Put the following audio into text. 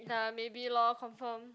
ya maybe lor confirm